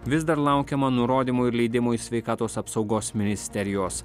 vis dar laukiama nurodymų ir leidimų iš sveikatos apsaugos ministerijos